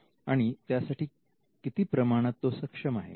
आणि त्यासाठी किती प्रमाणात तो सक्षम आहे